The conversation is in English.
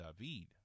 David